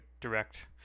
direct